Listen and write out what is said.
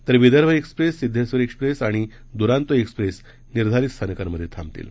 तर Vidarbha express Siddheshwar express आणि Duronto express निर्धारित स्थानकांमध्ये थांबेल